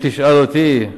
אם תשאל אותי,